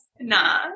Nah